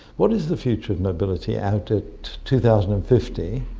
what is the future of mobility out at two thousand and fifty?